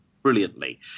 Brilliantly